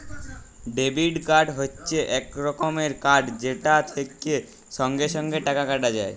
debit card হচ্যে এক রকমের কার্ড যেটা থেক্যে সঙ্গে সঙ্গে টাকা কাটা যায়